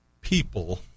People